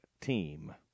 team